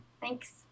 Thanks